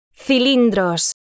Cilindros